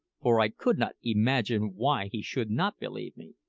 for i could not imagine why he should not believe me.